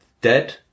dead